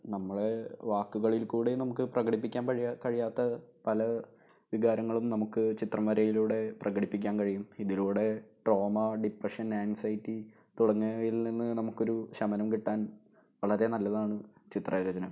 നമ്മൾ വാക്കുകളിൽക്കൂടെയും നമുക്ക് പ്രകടിപ്പിക്കാൻ കഴിയാത്ത് കഴിയാത്ത പല വികാരങ്ങളും നമുക്ക് ചിത്രം വരയിലൂടെ പ്രകടിപ്പിക്കാൻ കഴിയും ഇതിലൂടെ ട്രോമാ ഡിപ്പ്രഷൻ ആൻസൈറ്റി തുടങ്ങിയവയിൽ നിന്ന് നമുക്കൊരൂ ശമനം കിട്ടാൻ വളരേ നല്ലതാണ് ചിത്രരചന